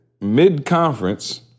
mid-conference